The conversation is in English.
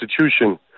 Constitution